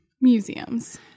museums